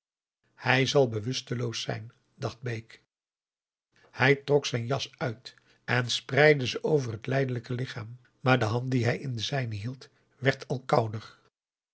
hij zal bewusteloos zijn dacht bake hij trok zijn jas uit en spreidde ze over het lijdelijke lichaam maar de hand die hij in de zijne hield werd al kouder